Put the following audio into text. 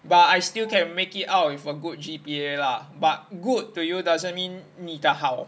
but I still can make it out with a good G_P_A lah but good to you doesn't mean 你的好